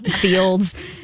Fields